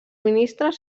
ministres